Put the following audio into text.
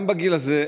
גם בגיל הזה,